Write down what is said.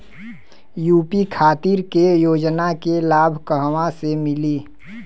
UP खातिर के योजना के लाभ कहवा से मिली?